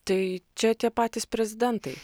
tai čia tie patys prezidentai